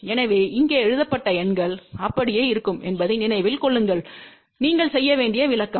எனவே இங்கே எழுதப்பட்ட எண்கள் அப்படியே இருக்கும் என்பதை நினைவில் கொள்ளுங்கள் நீங்கள் செய்ய வேண்டிய விளக்கம்